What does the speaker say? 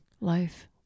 life